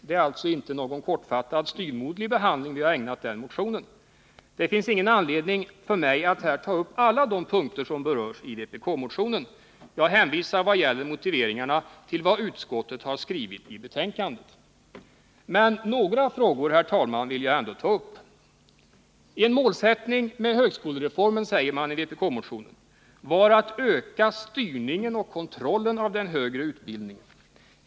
Det är alltså inte någon kortfattad, styvmoderlig behandling vi har ägnat motionen. Det finns ingen anledning för mig att här ta upp alla de punkter som berörs i vpk-motionen. Jag hänvisar vad gäller motiveringarna till vad utskottet har skrivit i betänkandet. Men några frågor vill jag, herr talman, ändå ta upp. En målsättning med högskolereformen, säger man i vpk-motionen, var att öka styrningen och kontrollen av den högre utbildningen.